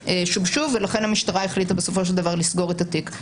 והראיות שובשו ולכן המשטרה החליטה בסופו של דבר לסגור את התיק.